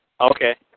Okay